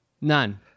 None